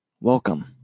welcome